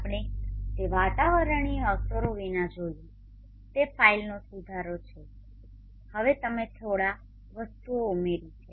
આપણે તે વાતાવરણીય અસરો વિના જોયું તે ફાઇલનો સુધારો છે હવે તમે તેમાં થોડીક વસ્તુઓ ઉમેરી છે